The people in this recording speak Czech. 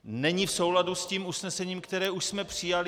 Není v souladu s usnesením, které už jsme přijali.